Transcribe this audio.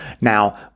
now